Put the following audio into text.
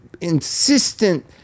insistent